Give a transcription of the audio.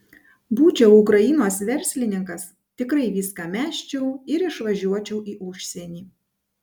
būčiau ukrainos verslininkas tikrai viską mesčiau ir išvažiuočiau į užsienį